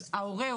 ההורה,